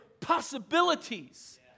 possibilities